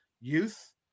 youth